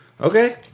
Okay